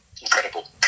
incredible